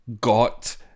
got